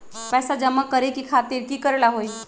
पैसा जमा करे खातीर की करेला होई?